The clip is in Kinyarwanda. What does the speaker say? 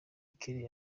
kelly